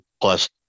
plus